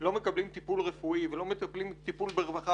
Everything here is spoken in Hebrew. לא מקבלים טיפול רפואי ולא מקבלים טיפול ברווחה,